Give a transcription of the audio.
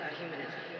humanism